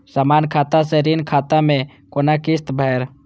समान खाता से ऋण खाता मैं कोना किस्त भैर?